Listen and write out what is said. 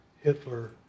Hitler